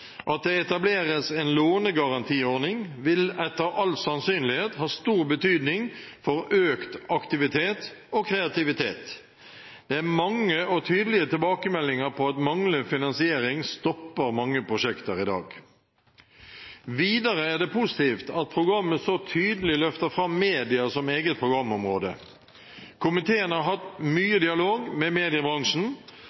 At det etableres en lånegarantiordning, vil etter all sannsynlighet ha stor betydning for økt aktivitet og kreativitet. Det er mange og tydelige tilbakemeldinger på at manglende finansiering stopper mange prosjekter i dag. Videre er det positivt at programmet så tydelig løfter fram media som eget programområde. Komiteen har hatt mye